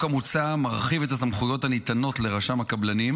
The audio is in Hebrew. החוק המוצע מרחיב את הסמכויות הניתנות לרשם הקבלנים,